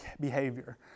behavior